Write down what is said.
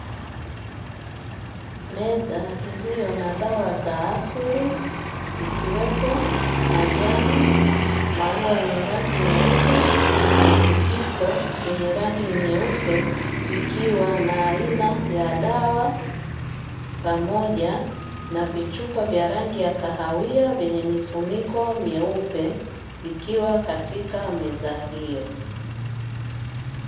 Meza iliyo na dawa za asili ikiwepo majani, maua yenye rangi nyeupe na vijiko vyenye rangi nyeupe vikiwa na aina ya dawa pamoja na vichupa vyenye rangi ya kahawia vyenye mifuniko mieupe vikiwa katika meza hiyo.